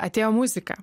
atėjo muzika